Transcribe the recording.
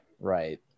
Right